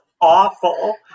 awful